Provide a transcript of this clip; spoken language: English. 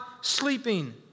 sleeping